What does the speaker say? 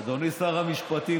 אדוני שר המשפטים,